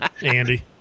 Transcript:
Andy